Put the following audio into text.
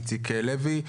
איציק לוי,